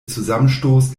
zusammenstoß